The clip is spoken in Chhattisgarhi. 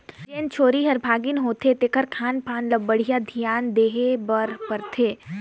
जेन छेरी हर गाभिन होथे तेखर खान पान ल बड़िहा धियान देहे बर परथे